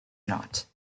not